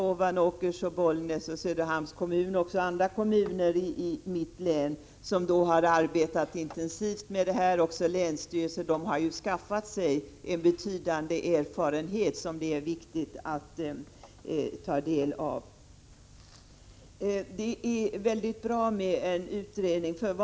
Ovanåkers, Bollnäs och Söderhamns kommuner, liksom även andra kommuner och länsstyrelsen i mitt län, har arbetat intensivt med det här problemet, och de har skaffat sig en betydande erfarenhet som det är viktigt att ta vara på. Det är bra med en utredning.